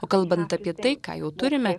o kalbant apie tai ką jau turime